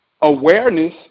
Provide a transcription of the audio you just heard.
awareness